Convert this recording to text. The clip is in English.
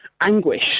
anguish